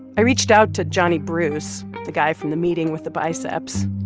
i reached out to johnny bruce, the guy from the meeting with the biceps.